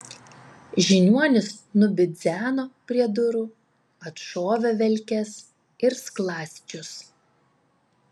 žiniuonis nubidzeno prie durų atšovė velkes ir skląsčius